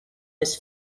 his